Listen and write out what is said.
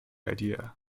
idea